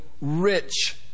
rich